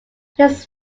his